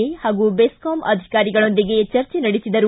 A ಹಾಗೂ ಬೆಸ್ಕಾಂ ಅಧಿಕಾರಿಗಳೊಂದಿಗೆ ಚರ್ಚೆ ನಡೆಸಿದರು